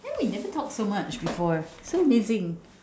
hey we never talk so much before so amazing